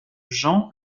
jean